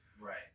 right